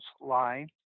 line